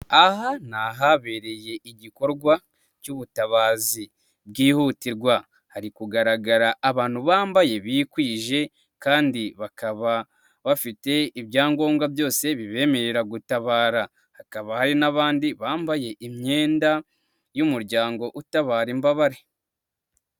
ha nihabereye igikorwa cy'ubutabazi bwihutirwa, hari kugaragara abantu bambaye bikwije, kandi bakaba bafite ibyangombwa byose bibemerera gutabara, hakaba hari n'abandi bambaye imyenda y'Umuryango utabara imbabare.